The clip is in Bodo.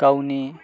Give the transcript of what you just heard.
गावनि